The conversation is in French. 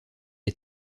est